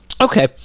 Okay